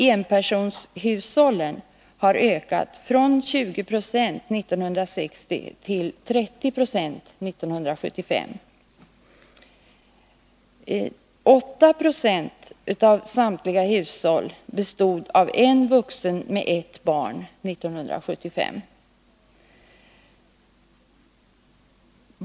Enpersonshushållen har ökat från 20 26 1960 till 30 96 1975. 8 0 av samtliga hushåll bestod 1975 av en vuxen med ett barn.